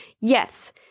Yes